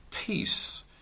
Peace